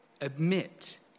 admit